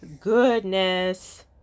goodness